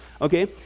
okay